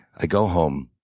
i go home,